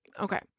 Okay